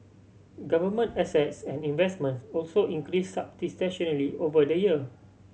government assets and investments also increase substantially over the year